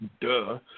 Duh